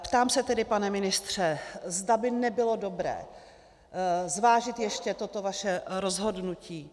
Ptám se tedy, pane ministře, zda by nebylo dobré zvážit ještě toto vaše rozhodnutí.